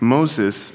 Moses